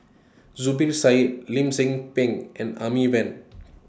Zubir Said Lim Tze Peng and Amy Van